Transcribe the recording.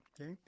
okay